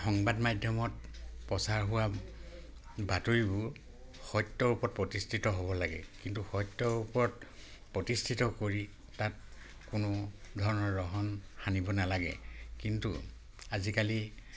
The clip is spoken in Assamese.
সংবাদ মাধ্যমত প্ৰচাৰ হোৱা বাতৰিবোৰ সত্যৰ ওপৰত প্ৰতিষ্ঠিত হ'ব লাগে কিন্তু সত্যৰ ওপৰত প্ৰতিষ্ঠিত কৰি তাত কোনো ধৰণৰ ৰহন সানিব নালাগে কিন্তু আজিকালি